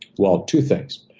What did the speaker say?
well, two things.